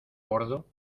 bordo